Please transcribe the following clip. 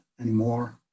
anymore